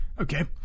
Okay